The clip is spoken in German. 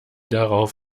darauf